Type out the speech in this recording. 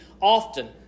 often